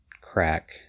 crack